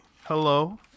Hello